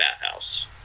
bathhouse